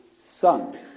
Son